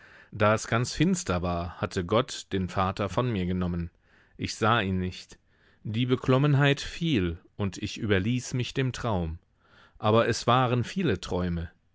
da es ganz finster war hatte gott den vater von mir genommen ich sah ihn nicht die beklommenheit fiel und ich überließ mich dem traum aber es waren viele träume